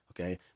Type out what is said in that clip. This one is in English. Okay